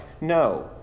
No